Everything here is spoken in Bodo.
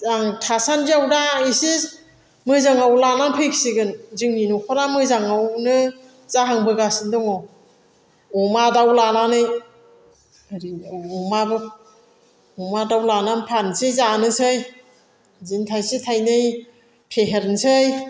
आं थासान्दियाव दा इसे मोजाङाव लानानै फैसिगोन जोंनि न'खरा मोजाङावनो जाहांबोगासिनो दङ अमा दाउ लानानै ओरै अमाबो अमा दाउ लानानै फाननोसै जानोसै बिदिनो थाइसे थाइनै फेहेरनोसै